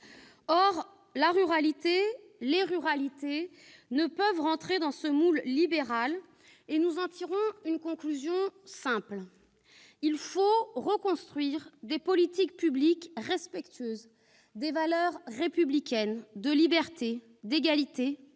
Or la ruralité ou plutôt les ruralités ne peuvent entrer dans ce moule libéral. Nous en tirons une conclusion simple : il faut reconstruire des politiques publiques respectueuses des valeurs républicaines de liberté, d'égalité